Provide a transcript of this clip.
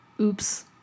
Oops